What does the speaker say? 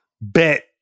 Bet